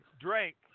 Drake